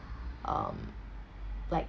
um like